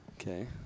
Okay